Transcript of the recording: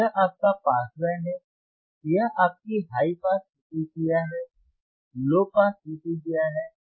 यह आपका pass band है यह आपकी हाई पास प्रतिक्रिया है लो पास प्रतिक्रिया है यह बैंड स्टॉप प्रतिक्रिया है